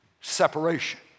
separation